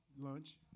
lunch